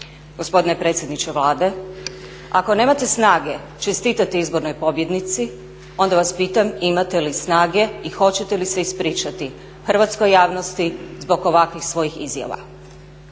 Gospodine predsjedniče Vlade, ako nemate snage čestitati izbornoj pobjednici onda vas pitam imate li snage i hoćete li se ispričati hrvatskoj javnosti zbog ovakvih svojih izjava?